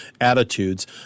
attitudes